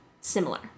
similar